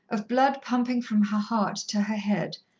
of blood pumping from her heart to her head,